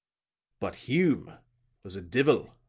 but hume was a divil!